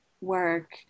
work